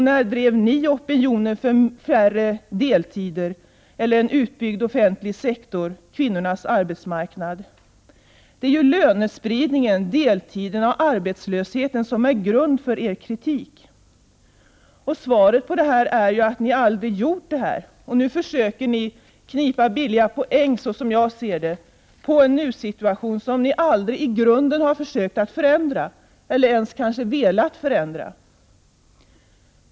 När drev ni opinion för färre deltidsarbeten, eller för en utbyggd offentlig sektor — kvinnornas arbetsmarknad? Det är lönespridningen, deltidsarbetet och arbetslösheten som utgör grunden för er kritik. Svaret på frågorna är att ni aldrig har gjort detta. Nu försöker ni knipa billiga poäng, såsom jag ser det, på en situation som ni aldrig i grunden försökt, eller kanske inte ens velat, förändra.